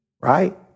right